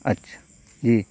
اچھا جی